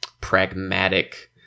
pragmatic